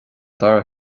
dara